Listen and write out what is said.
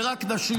ורק נשים,